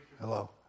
Hello